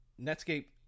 Netscape